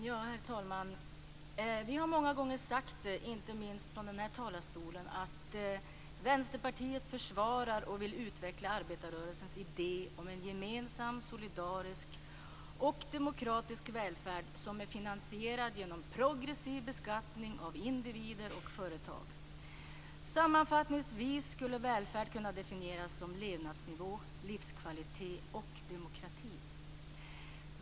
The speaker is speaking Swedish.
Herr talman! Vi har många gånger sagt, inte minst från den här talarstolen, att Vänsterpartiet försvarar och vill utveckla arbetarrörelsens idé om en gemensam, solidarisk och demokratisk välfärd som är finansierad genom progressiv beskattning av individer och företag. Sammanfattningsvis skulle välfärd kunna definieras som levnadsnivå, livskvalitet och demokrati.